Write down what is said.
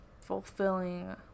fulfilling